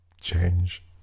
change